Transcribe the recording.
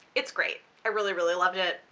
it's great, i really really loved it,